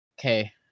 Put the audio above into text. Okay